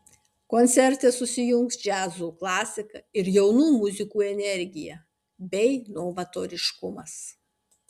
koncerte susijungs džiazo klasika ir jaunų muzikų energija bei novatoriškumas